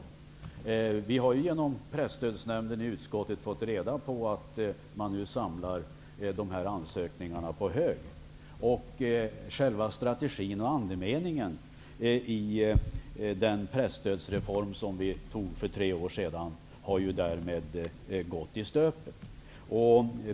I utskottet har vi genom Presstödsnämnden fått reda på att nämnden nu samlar ansökningarna på hög. Själva strategin och andemeningen i presstödsreformen för tre år sedan har därmed gått i stöpet.